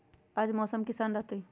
आज मौसम किसान रहतै?